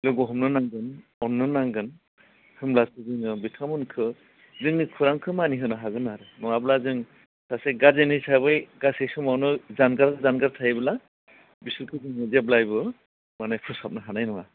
लोगो हमनो नांगोन अननो नांगोन होमब्लासो जोङो बिथांमोनखो जोंनि खुरांखौ मानिहोनो हागोन आरो नङाब्ला जों सासे गार्जेन हिसाबै गासै समावनो जानगार जानगार थायोब्ला बिसोरखौ बुंगोन जेब्लायबो माने फोसाबनो हानाय नङा